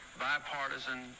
bipartisan